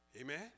Amen